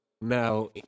now